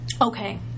Okay